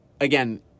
again